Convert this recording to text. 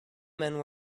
men